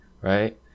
right